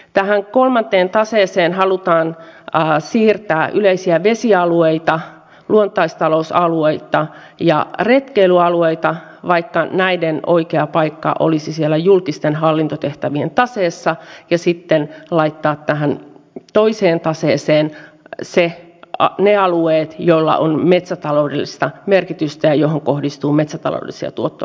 tähän kolmanteen taseeseen halutaan siirtää yleisiä vesialueita luontaistalousalueita ja retkeilyalueita vaikka näiden oikea paikka olisi siellä julkisten hallintotehtävien taseessa ja sitten laittaa tähän toiseen taseeseen ne alueet joilla on metsätaloudellista merkitystä ja joihin kohdistuu metsätaloudellisia tuottovaatimuksia